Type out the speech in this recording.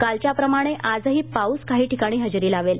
कालच्या प्रमाणे आजही पाऊस काही ठिकाणी हजेरी लावेल